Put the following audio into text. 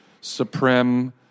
supreme